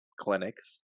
clinics